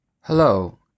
Hello